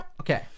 Okay